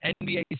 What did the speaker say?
NBA